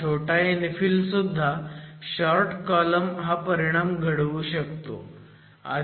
हा छोटा इन्फिल सुद्धा शॉर्ट कॉलम हा परिणाम घडवू शकतो